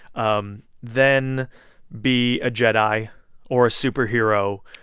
um then be a jedi or a superhero,